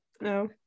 no